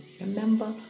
Remember